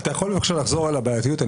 אתה יכול בבקשה לחזור על הבעייתיות?